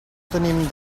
tenim